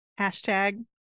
hashtag